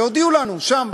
והודיעו לנו שם,